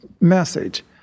message